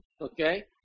okay